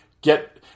Get